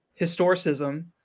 historicism